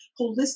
holistic